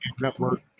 network